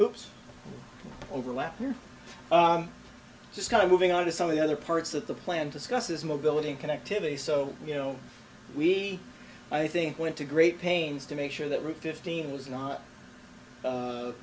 oops overlap here just kind of moving on to some of the other parts of the plan discusses mobility and connectivity so you know we i think went to great pains to make sure that route fifteen was not